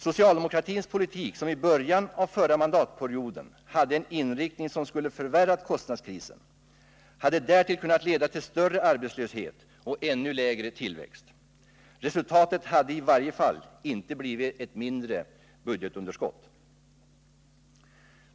Socialdemokratins politik, som i början av förra mandatperioden hade eninriktning som skulle ha förvärrat kostnadskrisen, hade därtill kunnat leda till större arbetslöshet och ännu lägre tillväxt. Resultatet hade i varje fall inte blivit ett mindre budgetunderskott.